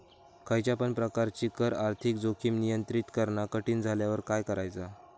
खयच्या पण प्रकारची कर आर्थिक जोखीम नियंत्रित करणा कठीण झाल्यावर काय करायचा?